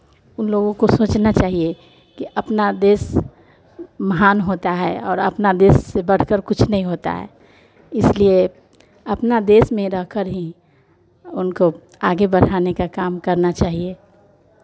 उन लोगों को सोचना चाहिए कि अपना देश महान होता है और अपना देश से बढ़कर कुछ नहीं होता है इसलिए अपना देश में रहकर ही उनको आगे बढ़ाने का काम करना चाहिए